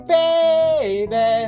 baby